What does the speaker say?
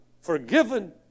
forgiven